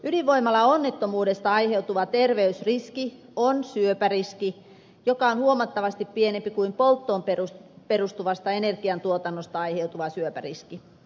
ydinvoimalaonnettomuudesta aiheutuva terveysriski on syöpäriski joka on huomattavasti pienempi kuin polttoon perustuvasta energiantuotannosta aiheutuva syöpäriski